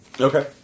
Okay